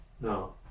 No